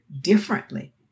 differently